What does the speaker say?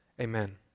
Amen